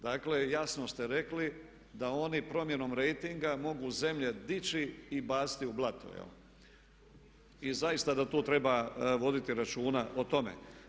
Dakle jasno ste rekli da oni promjenom rejtinga mogu zemlje dići i baciti u blato i zaista da tu treba voditi računa o tome.